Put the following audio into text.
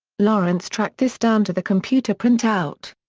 lorenz tracked this down to the computer printout.